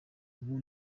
ubu